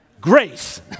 Grace